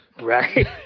Right